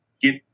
get